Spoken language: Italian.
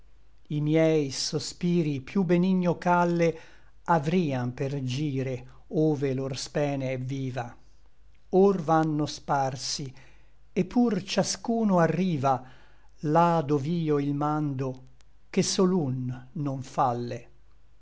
i miei sospiri piú benigno calle avrian per gire ove lor spene è viva or vanno sparsi et pur ciascuno arriva là dov'io il mando che sol un non falle